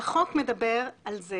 החוק מדבר על זה